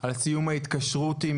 על סיום ההתקשרות עם